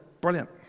brilliant